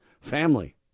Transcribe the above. family